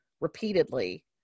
repeatedly